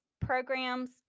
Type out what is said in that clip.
programs